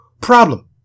problem